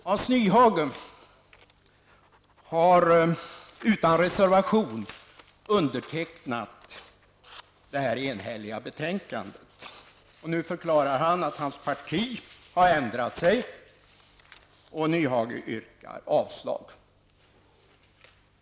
Hans Nyhage undertecknade utan reservation detta enhälliga betänkande. Nu förklar han att hans parti har ändrat sig. Hans Nyhage yrkar således avslag.